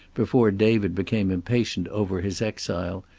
before david became impatient over his exile,